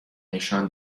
نشان